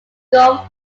golf